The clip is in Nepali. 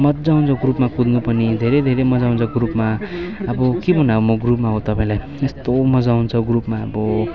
मज्जा आउँछ ग्रुपमा कुद्नु पनि धेरै धेरै मज्जा आउँछ ग्रुपमा अब के भन्नु अब म ग्रुपमा अब तपाईँलाई यस्तो मज्जा आउँछ ग्रुपमा अब